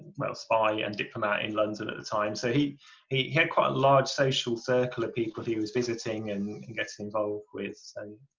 spy and diplomat in london at a time so he he had quite a large social circle of people he was visiting and and getting involved with and